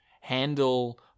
handle